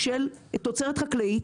של תוצרת חקלאית,